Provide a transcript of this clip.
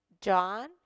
John